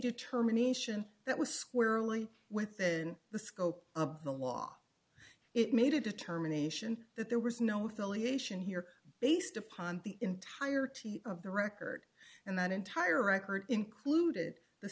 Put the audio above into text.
determination that was squarely within the scope of the law it made a determination that there was no with alleviation here based upon the entirety of the record and that entire record included the